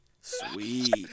Sweet